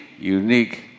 unique